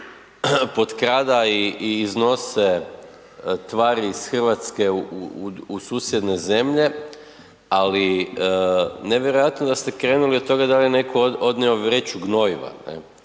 potkrada i iznose tvari iz Hrvatske u susjedne zemlje, ali nevjerojatno da ste krenuli od toga da je netko odnio vreću gnojiva